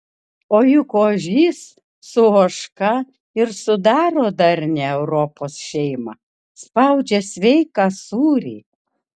o juk ožys su ožka ir sudaro darnią europos šeimą spaudžia sveiką sūrį